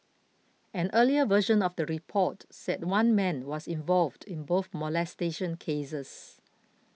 an earlier version of the report said one man was involved in both molestation cases